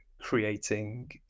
creating